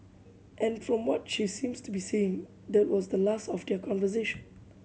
and from what she seems to be saying that was the last of their conversation